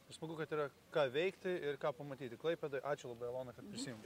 smagu kad yra ką veikti ir ką pamatyti klaipėdoj ačiū labai elona kad prisijungė